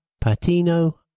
Patino